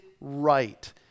right